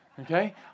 Okay